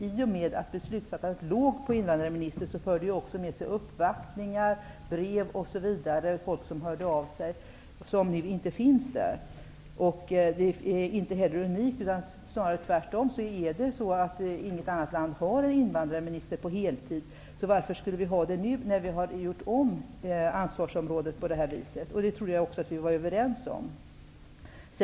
I och med att beslutsfattandet låg hos invandrarministern förde detta också med sig uppvaktningar, brev och att folk hörde av sig osv. Den delen har nu försvunnit. Detta är inte unikt, utan snarare tvärtom. Inget annat land har en invandrarminister på heltid. Varför skulle vi då ha det nu, när vi har gjort om ansvarsfördelningen på detta vis? Detta trodde jag också att vi var överens om.